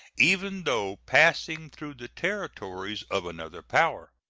even though passing through the territories of another power.